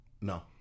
No